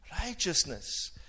righteousness